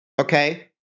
okay